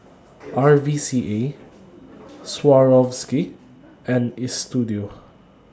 R V C A Swarovski and Istudio